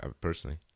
personally